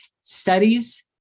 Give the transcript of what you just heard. studies